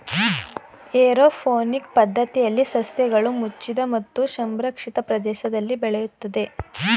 aeroponic ಪದ್ಧತಿಯಲ್ಲಿ ಸಸ್ಯಗಳು ಮುಚ್ಚಿದ ಮತ್ತು ಸಂರಕ್ಷಿತ ಪ್ರದೇಶದಲ್ಲಿ ಬೆಳೆಯುತ್ತದೆ